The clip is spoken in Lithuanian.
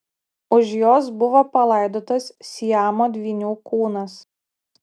už jos buvo palaidotas siamo dvynių kūnas